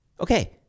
Okay